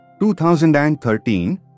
2013